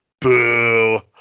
Boo